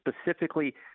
specifically –